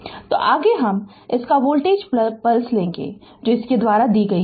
Refer slide time 0020 तो आगे हम इसका वोल्टेज पल्स लेगे जो इसके द्वारा दी गई